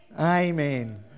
Amen